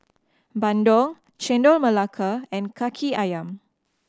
bandung Chendol Melaka and Kaki Ayam